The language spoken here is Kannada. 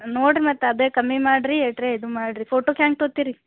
ನೋಡಿರಿ ಮತ್ತೆ ಅದೇ ಕಮ್ಮಿ ಮಾಡಿರಿ ಅಟ್ರೆ ಇದು ಮಾಡಿರಿ ಫೋಟೋಕ್ಕೆ ಹೆಂಗೆ ತೊಗೊತ್ತೀರಿ